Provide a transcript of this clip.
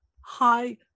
Hi